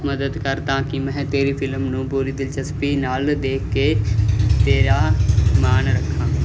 ਮਦਦ ਕਰ ਤਾਂ ਕੀ ਮੈਂ ਤੇਰੀ ਫਿਲਮ ਨੂੰ ਪੁਰੀ ਦਿਲਚਸਪੀ ਨਾਲ ਦੇਖ ਕੇ ਤੇਰਾ ਮਾਨ ਰੱਖਾਂ